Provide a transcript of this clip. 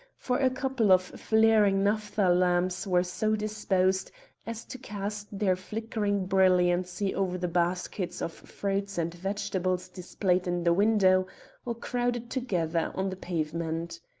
for a couple of flaring naphtha lamps were so disposed as to cast their flickering brilliancy over the baskets of fruits and vegetables displayed in the window or crowded together on the pavement.